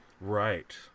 Right